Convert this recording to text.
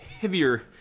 heavier